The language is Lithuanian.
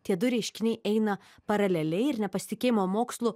tie du reiškiniai eina paraleliai ir nepasitikėjimo mokslu